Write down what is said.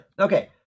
Okay